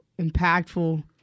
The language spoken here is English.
impactful